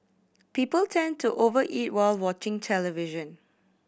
people tend to over eat while watching television